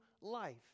life